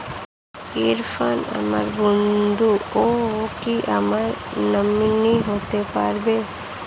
ইরফান আমার বন্ধু ও কি আমার নমিনি হতে পারবে?